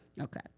Okay